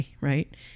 right